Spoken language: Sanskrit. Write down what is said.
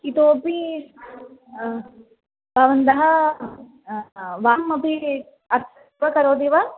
इतोपि भवन्तः वासमपि अत्रैव करोति वा